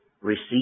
receive